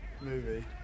movie